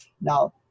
Now